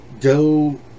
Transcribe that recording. go